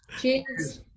Cheers